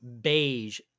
beige